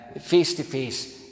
face-to-face